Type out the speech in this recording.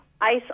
ice